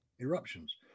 eruptions